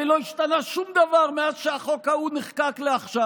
הרי לא השתנה שום דבר מאז שהחוק ההוא נחקק לעכשיו.